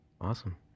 Awesome